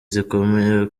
zikomeye